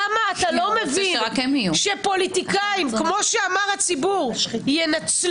למה אתה לא מבין שפוליטיקאים - כמו שאמר הציבור ינצלו